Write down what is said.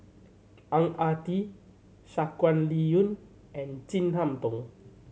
Ang Ah Tee Shangguan Liuyun and Chin Harn Tong